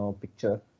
picture